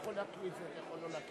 רבותי